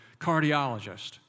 cardiologist